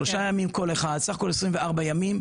שלושה ימים כל אחת בסך הכל כ-24 ימים,